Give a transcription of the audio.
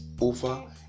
over